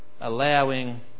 allowing